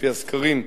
לפי הסקרים,